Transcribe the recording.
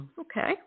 Okay